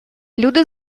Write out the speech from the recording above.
люди